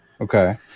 Okay